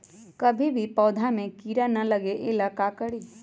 कभी भी पौधा में कीरा न लगे ये ला का करी?